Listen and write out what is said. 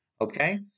okay